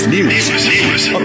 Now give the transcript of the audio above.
News